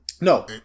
No